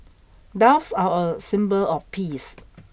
doves are a symbol of peace